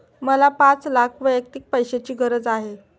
मला पाच लाख वैयक्तिक पैशाची गरज आहे